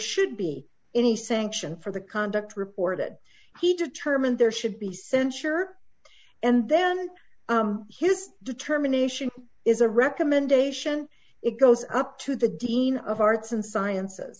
should be any sanction for the conduct reported he determined there should be censure and then his determination is a recommendation it goes up to the dean of arts and sciences